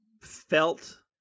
felt